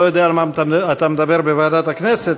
לא יודע על מה אתה מדבר בוועדת הכנסת,